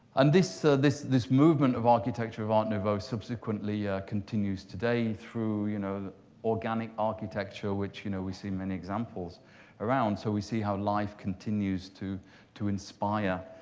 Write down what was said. and this ah this movement of architecture of art nouveau subsequently continues today through you know organic architecture, which you know we see many examples around. so we see how life continues to to inspire